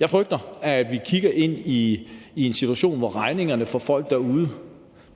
Jeg frygter, at vi kigger ind i en situation, hvor regningerne for folk derude bliver høje.